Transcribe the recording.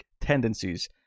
tendencies